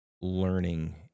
learning